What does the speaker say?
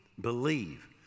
believe